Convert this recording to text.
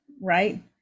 right